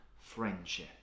friendship